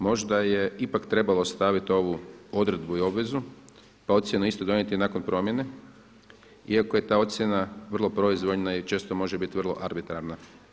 Možda je ipak trebalo staviti ovu odredbu i obvezu pa ocjenu isto donijeti nakon promjene iako je ta ocjena vrlo proizvoljna i često može biti vrlo arbitrarna.